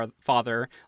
father